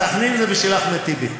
סח'נין זה בשביל אחמד טיבי.